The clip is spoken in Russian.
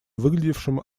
выглядевшем